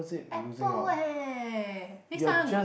Apple eh next time I go